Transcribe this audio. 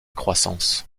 croissance